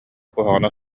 куһаҕана